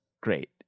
great